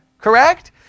Correct